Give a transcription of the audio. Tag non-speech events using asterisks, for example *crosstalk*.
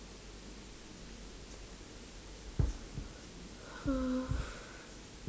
*noise*